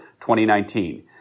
2019